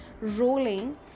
rolling